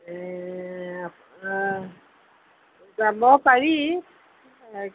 যাব পাৰি